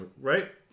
right